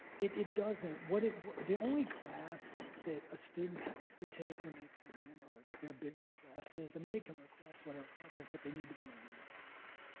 it it doesn't what it the only class that a student has to take when they come in or their big request is i mean they can request whatever classes but they need to be in an english class.